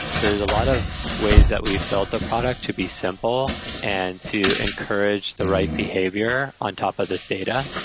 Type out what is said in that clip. so there's a lot of ways that we built the product to be simple and to encourage the right behavior on top of this data,